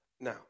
Now